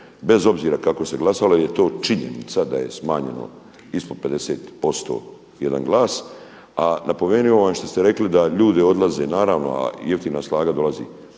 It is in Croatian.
bez obzira kako se glasovalo je to činjenica da je smanjeno ispod 50% jedan glas a napomenimo ovo što ste rekli da ljudi odlaze, naravno a jeftina snaga dolazi.